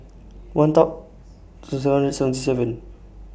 one Dot seven hundred and seventy seven